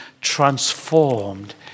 transformed